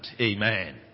Amen